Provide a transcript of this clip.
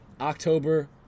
October